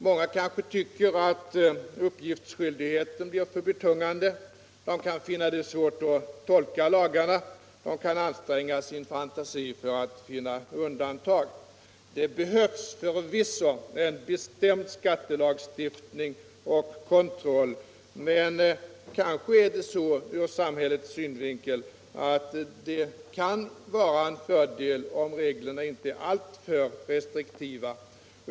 Många kanske tycker att uppgiftsskyldigheten blir för betungande. De kan finna det svårt att tolka lagarna, de kan anstränga sin fantasi för att finna undantag. Det behövs förvisso en bestämd skattelagstiftning och kontroll. Men kanske är det så, ur samhällets synvinkel, att det kan vara en fördel om reglerna inte är alltför restriktiva.